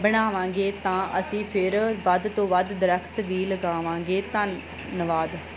ਬਣਾਵਾਂਗੇ ਤਾਂ ਅਸੀਂ ਫਿਰ ਵੱਧ ਤੋਂ ਵੱਧ ਦਰਖਤ ਵੀ ਲਗਾਵਾਂਗੇ ਧੰਨਵਾਦ